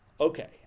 Okay